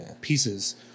pieces